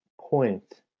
point